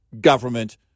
government